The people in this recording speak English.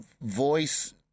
voice